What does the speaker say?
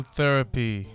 Therapy